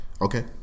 Okay